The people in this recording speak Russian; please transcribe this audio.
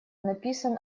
написан